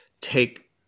take